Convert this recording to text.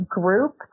group